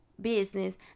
business